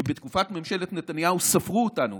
כי בתקופת ממשלת נתניהו ספרו אותנו